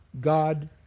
God